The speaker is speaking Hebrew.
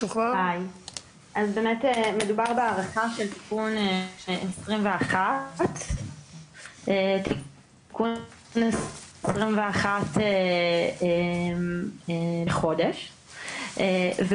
אז באמת מדובר בהארכה של תיקון מספר 21. הוא